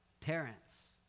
parents